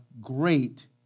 great